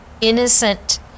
innocent